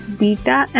beta